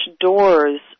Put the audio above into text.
doors